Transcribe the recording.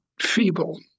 feeble